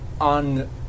on